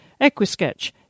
EquiSketch